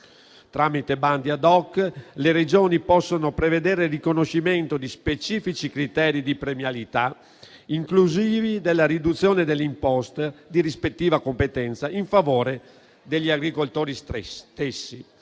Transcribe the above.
Tramite bandi *ad hoc,* le Regioni possono prevedere il riconoscimento di specifici criteri di premialità inclusivi della riduzione delle imposte di rispettiva competenza in favore degli agricoltori stessi.